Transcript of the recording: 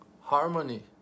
harmony